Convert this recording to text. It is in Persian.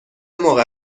موقع